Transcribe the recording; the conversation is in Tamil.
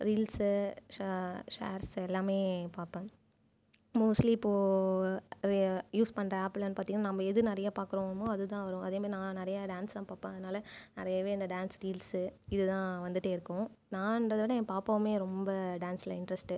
ரீல்ஸ் ஷேர்ஸ் எல்லாமே பார்ப்பன் மோஸ்ட்லி இப்போ யூஸ் பண்ற ஆப்லாம் பார்த்தீங்கன்னா நம்ம எது நிறைய பார்க்குறோமோ அது தான் வரும் அது மாதிரி நான் நிறைய டான்ஸ் தான் பார்ப்பன் அதனால் நிறையவே அந்த டான்ஸ் ரீல்ஸ் இது தான் வந்துட்டே இருக்கும் நானுங்குறதே விட என் பாப்பாவுமே ரொம்ப டான்ஸில் இன்ட்ரஸ்ட்டு